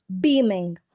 Beaming